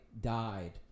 died